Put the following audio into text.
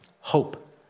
hope